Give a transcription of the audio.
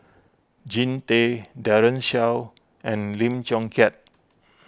Jean Tay Daren Shiau and Lim Chong Keat